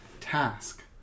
task